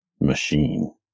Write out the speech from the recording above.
machine